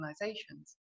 organizations